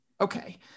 Okay